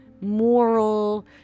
moral